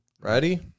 Ready